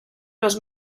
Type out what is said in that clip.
los